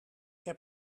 heb